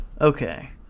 Okay